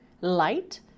light